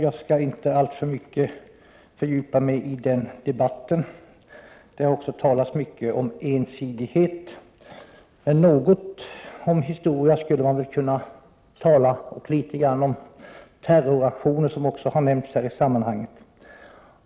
Jag skall inte fördjupa mig alltför mycket i den diskussionen. Det har också talats mycket om ensidighet. Jag skall ändå tala litet grand om historia och om terroraktioner som också har nämnts i detta sammanhang.